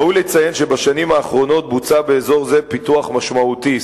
ראוי לציין שבשנים האחרונות בוצע באזור זה פיתוח משמעותי,